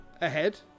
ahead